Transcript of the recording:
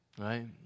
right